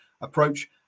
approach